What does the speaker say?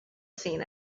seen